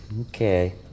Okay